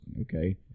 okay